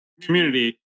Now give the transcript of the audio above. community